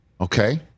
Okay